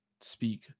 speak